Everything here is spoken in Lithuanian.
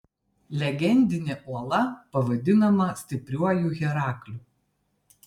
legendinė uola pavadinama stipriuoju herakliu